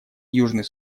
южный